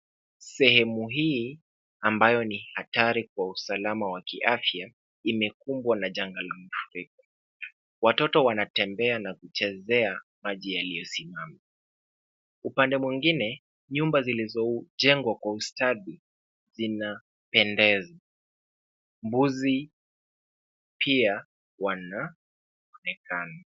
Sehemu hii, ambayo ni hatari kwa usalama wa kiafya, imekumbwa na janga la mafuriko. Watoto wanatembea na kuchezea maji yaliyosimama, upande mwingine, nyumba zilizojengwa kwa ustadi zinapendeza, mbuzi, pia, wanaonekana.